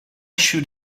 should